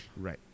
right